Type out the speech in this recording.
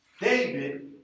David